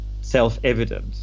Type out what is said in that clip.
self-evident